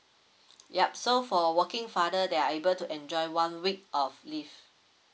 ya so for working father they are able to enjoy one week of leave